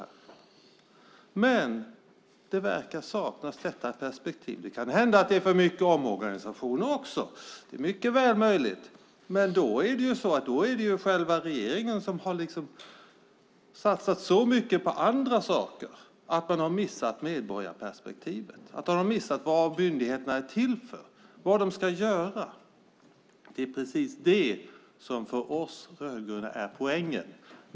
Detta perspektiv verkar saknas. Det kan hända att det är för många omorganisationer också. Det är mycket möjligt. Men då är det regeringen som har satsat så mycket på andra saker att man har missat medborgarperspektivet och vad myndigheterna är till för och vad de ska göra. Det är precis det som är poängen för oss rödgröna.